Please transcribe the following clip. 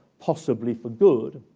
possibly for good,